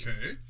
Okay